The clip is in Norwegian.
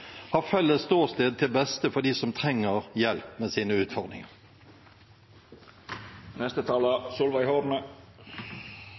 har felles ståsted, til beste for dem som trenger hjelp med sine utfordringer.